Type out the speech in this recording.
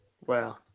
wow